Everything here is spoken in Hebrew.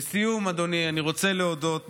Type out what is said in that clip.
לסיום, אדוני, אני רוצה להודות